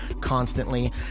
constantly